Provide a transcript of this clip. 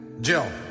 Jill